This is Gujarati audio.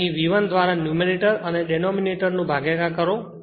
અહીં V1 દ્વારા ન્યૂમરેટર અને ડેનોમીનેટર નો ભાગાકાર કરો